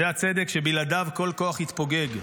זה הצדק שבלעדיו כל כוח יתפוגג,